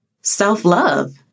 self-love